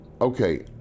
okay